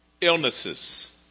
illnesses